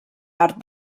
art